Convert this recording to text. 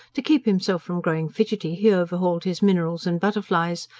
to keep himself from growing fidgety, he overhauled his minerals and butterflies,